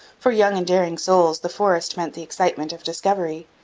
for young and daring souls the forest meant the excitement of discovery,